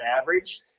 average